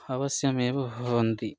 अवश्यमेव भवन्ति